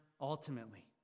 ultimately